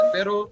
Pero